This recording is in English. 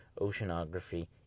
oceanography